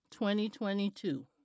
2022